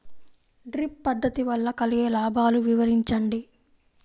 Drip పద్దతి వల్ల కలిగే లాభాలు వివరించండి?